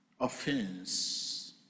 Offense